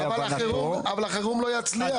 להבנתו --- אבל החירום לא יצליח.